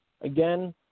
again